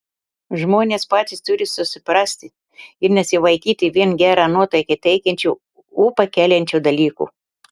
žmonės patys turi susiprasti ir nesivaikyti vien gerą nuotaiką teikiančių ūpą keliančių dalykų